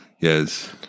yes